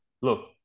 look